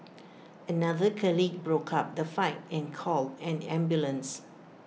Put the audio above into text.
another colleague broke up the fight and called an ambulance